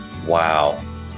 Wow